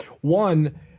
One